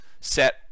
set